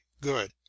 good